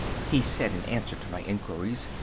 he said in answer to my inquiries,